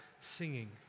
singing